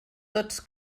tots